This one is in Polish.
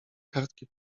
kartki